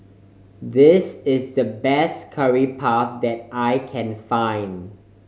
this is the best Curry Puff that I can find